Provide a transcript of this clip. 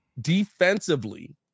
defensively